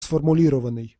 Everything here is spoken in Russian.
сформулированной